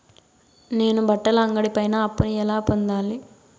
నేను బట్టల అంగడి పైన అప్పును ఎలా పొందాలి?